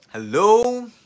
Hello